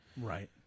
right